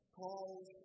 calls